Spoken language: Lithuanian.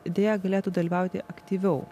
deja galėtų dalyvauti aktyviau